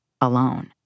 alone